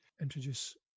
introduce